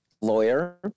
lawyer